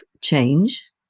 change